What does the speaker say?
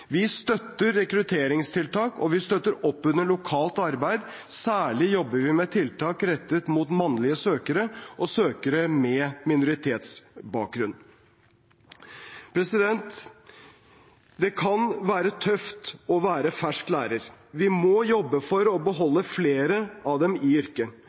Vi støtter rekrutteringstiltak, og vi støtter opp under lokalt arbeid. Særlig jobber vi med tiltak rettet mot mannlige søkere og søkere med minoritetsbakgrunn. Det kan være tøft å være fersk lærer. Vi må jobbe for å beholde flere av dem i yrket.